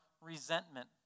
resentment